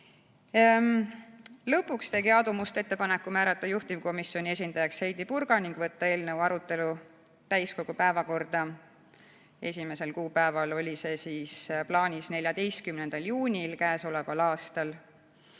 Lõpuks tegi Aadu Must ettepaneku määrata juhtivkomisjoni esindajaks Heidy Purga ning võtta eelnõu arutelu täiskogu päevakorda. Esimese kuupäevana oli see plaanis 14. juunil, aga